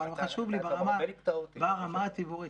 סליחה, אבל חשוב לי ברמה הציבורית.